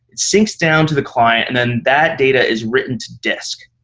syncs down to the client, and then that data is written to disk.